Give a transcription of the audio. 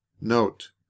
Note